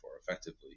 effectively